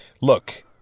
look